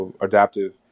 adaptive